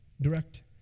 direct